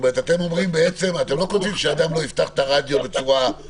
אתם אומרים בעצם אתם לא כותבים שאדם לא יפתח את הרדיו חזק,